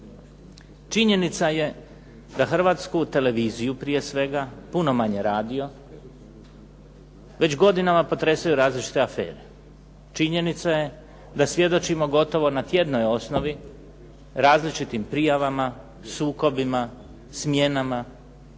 Činjenica je da Hrvatsku televiziju prije svega, puno manje radio, već godinama potresaju različite afere. Činjenica je da svjedočimo gotovo na tjednoj osnovi različitim prijavama, sukobima, smjenama,